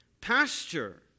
pasture